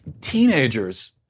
teenagers